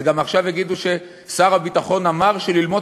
אז גם עכשיו יגידו ששר הביטחון אמר שללמוד